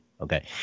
Okay